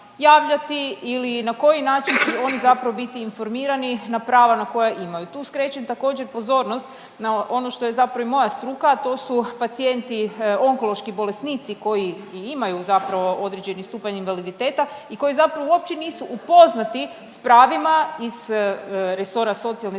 ili na koji način će oni zapravo biti informirani na prava na koja imaju? Tu skrećem također pozornost na ono što je zapravo i moja struka, a to su pacijenti onkološki bolesnici koji i imaju zapravo određeni stupanj invaliditeta i koji zapravo uopće nisu upoznati sa pravima iz resora socijalne skrbi